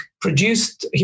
produced